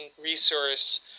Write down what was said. resource